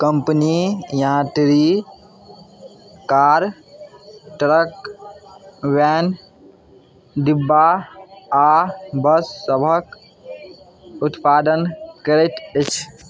company यात्री car truck van डिब्बा आओर बस सबके उत्पादन करैत अछि